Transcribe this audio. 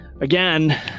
again